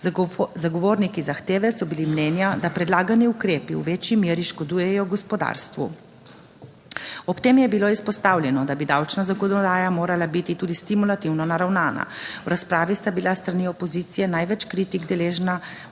Zagovorniki zahteve so bili mnenja, da predlagani ukrepi v večji meri škodujejo gospodarstvu. Ob tem je bilo izpostavljeno, da bi davčna zakonodaja morala biti tudi stimulativno naravnana. V razpravi sta bila s strani opozicije največ kritik deležna ukrepa